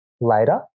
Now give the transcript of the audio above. later